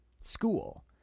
school